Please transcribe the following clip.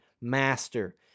master